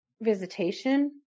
visitation